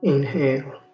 Inhale